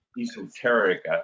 esoteric